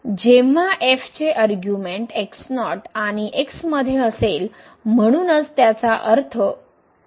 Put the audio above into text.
जेव्हा चे अरग्यूमेन्ट आणि म्हणूनच त्याचा इतर अर्थासारखा अर्थ आहे